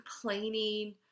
complaining